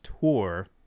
tour